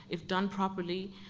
if done properly,